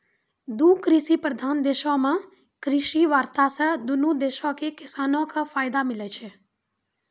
दु कृषि प्रधान देशो मे कृषि वार्ता से दुनू देशो के किसानो के फायदा मिलै छै